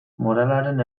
moralaren